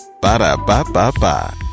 Ba-da-ba-ba-ba